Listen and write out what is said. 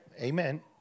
amen